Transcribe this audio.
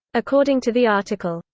according to the article,